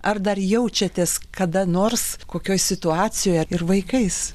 ar dar jaučiatės kada nors kokioj situacijoje ir vaikais